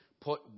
put